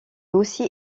aussi